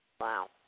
Wow